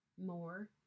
more